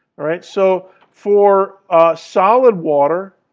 all right? so for solid water,